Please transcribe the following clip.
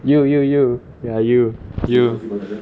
you you you ya you you